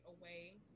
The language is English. away